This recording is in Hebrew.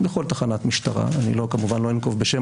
בכל תחנת משטרה אני כמובן לא אנקוב בשם